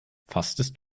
fastest